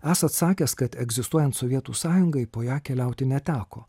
esat sakęs kad egzistuojant sovietų sąjungai po ją keliauti neteko